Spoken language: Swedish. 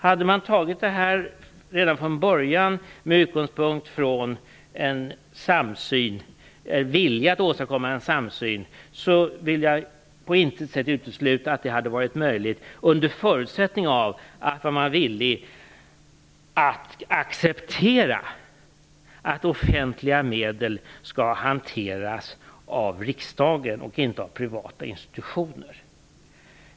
Hade man redan från början arbetat med utgångspunkt från en vilja att åstadkomma en samsyn vill jag på intet sätt utesluta att det hade varit möjligt, under förutsättning av att man varit villig att acceptera att offentliga medel skall hanteras av riksdagen och inte av privata institutioner.